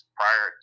prior